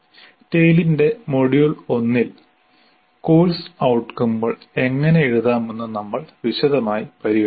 TALE ന്റെ module 1 ൽ course ഔട്കമുകൾ എങ്ങനെ എഴുതാമെന്ന് നമ്മൾ വിശദമായി പരിഗണിച്ചു